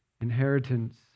inheritance